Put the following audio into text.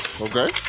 Okay